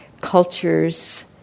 cultures